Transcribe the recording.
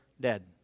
dead